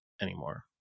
anymore